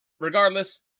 Regardless